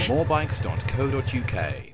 Morebikes.co.uk